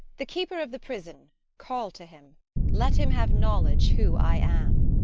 the keeper of the prison call to him let him have knowledge who i am.